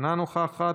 אינה נוכחת,